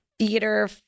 theater